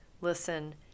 listen